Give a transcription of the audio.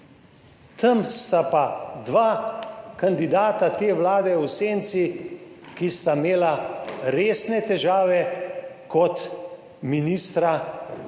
Tam sta pa dva kandidata te vlade v senci, ki sta imela resne težave kot ministra z